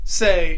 say